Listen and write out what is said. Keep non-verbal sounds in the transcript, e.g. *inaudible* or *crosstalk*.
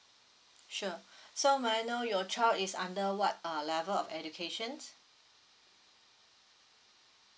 sure *breath* so may I know your child is under what uh level of education